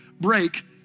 break